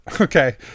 Okay